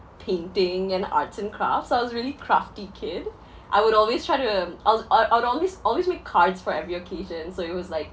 painting and arts and craft so I was really crafty kid I would always try to um I'll uh I'd always always make cards for every occasion so it was like